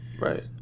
right